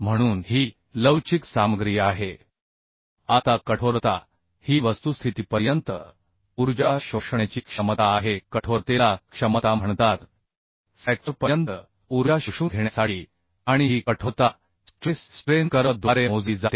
तर ही डक्टाईल सामग्री आहे आता टफनेस ही वस्तुस्थितीपर्यंत ऊर्जा शोषण्याची क्षमता आहे टफनेसला क्षमता म्हणतात फ्रॅक्चरपर्यंत ऊर्जा शोषून घेण्यासाठी आणि हा टफनेस स्ट्रेस स्ट्रेन कर्व द्वारे मोजली जाते